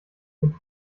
mit